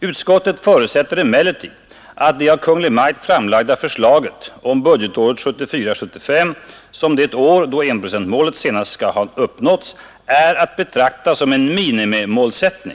Utskottet förutsätter emellertid att det av Kungl. Maj:t framlagda förslaget om : budgetåret 1974/75 som det år då 1 Z-målet senast skall ha uppnåtts är att betrakta som en minimimålsättning.